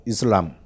Islam